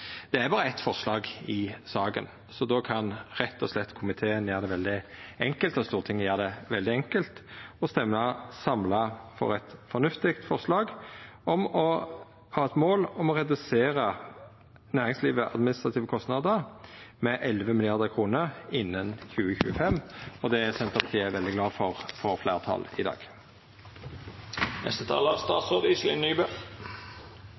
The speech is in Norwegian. Det er berre eitt forslag i saka, så då kan komiteen – og Stortinget – rett og slett gjera det veldig enkelt og stemma samla for eit fornuftig forslag om å ha eit mål om å redusera næringslivet sine administrative kostnader med 11 mrd. kr innan 2025. Det er Senterpartiet veldig glad for å få fleirtal for i